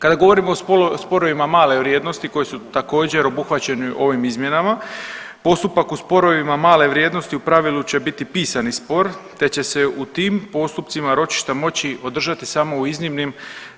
Kada govorimo o sporovima male vrijednosti koji su također obuhvaćeni ovim izmjenama postupak u sporovima male vrijednosti u pravilu će biti pisani spor, te će se u tim postupcima ročišta moći održati samo u iznimnim